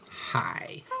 Hi